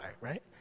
right